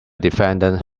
defendant